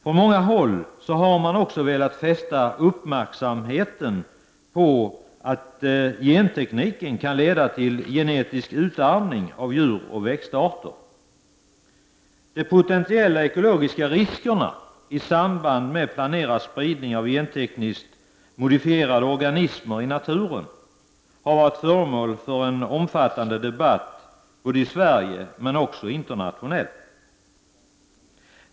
På många håll har man också velat fästa uppmärksamheten på att gentekniken kan leda till genetisk utarmning av djuroch växtarter. De potentiella ekologiska riskerna i samband med planerad spridning av gentekniskt modifierade organismer i naturen har varit föremål för en omfattande debatt både i Sverige och internationellt.